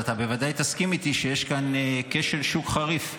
אז אתה בוודאי תסכים איתי שיש כאן כשל שוק חריף,